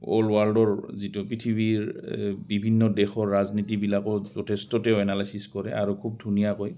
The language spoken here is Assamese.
হ'ল ৱৰ্ল্ডৰ যিটো পৃথিৱীৰ বিভিন্ন দেশৰ ৰাজনীতিবিলাকো যথেষ্ট তেওঁ এনালাইচিছ কৰে আৰু খুব ধুনীয়াকৈ